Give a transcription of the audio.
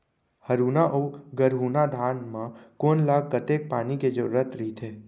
हरहुना अऊ गरहुना धान म कोन ला कतेक पानी के जरूरत रहिथे?